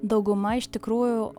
dauguma iš tikrųjų